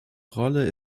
rolle